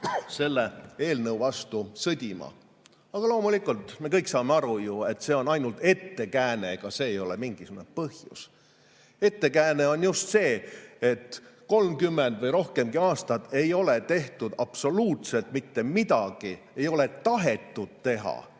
meie keeleruumi. Aga loomulikult, me kõik saame aru, et see on ainult ettekääne, ega see ei ole mingisugune põhjus. Ettekääne on just see, et 30 või rohkemgi aastat ei ole tehtud absoluutselt mitte midagi, ei ole tahetud teha